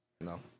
No